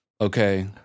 okay